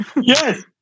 Yes